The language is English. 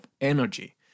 energy